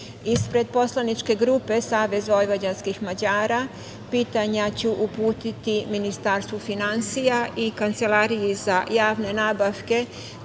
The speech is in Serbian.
ispred poslaničke grupe Savez vojvođanskih Mađara pitanja ću uputiti Ministarstvu finansija i Kancelariji za javne nabavke